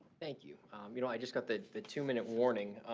thank you. you know, i just got the the two minute warning.